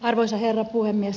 arvoisa herra puhemies